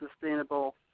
sustainable